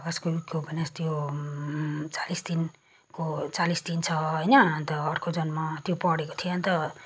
प्रकाश कोविदका उपन्यास त्यो चालिस दिनको चालिस दिन छ होइन अन्त अर्को जन्म त्यो पढेको थिएँ अन्त